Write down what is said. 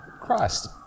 Christ